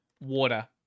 Water